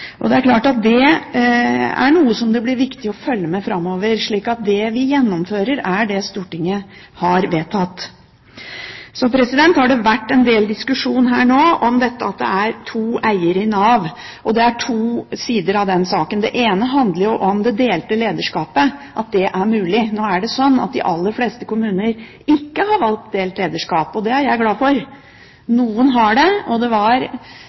slik. Det er klart at det er noe som det blir viktig å følge med på framover, slik at det vi gjennomfører, er det som Stortinget har vedtatt. Så har det vært en del diskusjon her nå om det at det er to eiere i Nav. Det er to sider av den saken. Den ene handler om at det er mulig med delt lederskap. Nå er det sånn at de aller fleste kommuner ikke har valgt delt lederskap, og det er jeg glad for. Noen har det, og det var